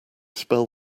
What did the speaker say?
spell